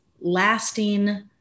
lasting